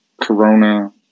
Corona